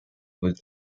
with